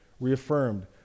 reaffirmed